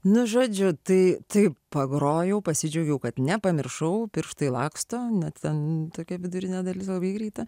nu žodžiu tai taip pagrojau pasidžiaugiau kad nepamiršau pirštai laksto ne ten tokia vidurinė dalis labai greita